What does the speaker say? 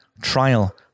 trial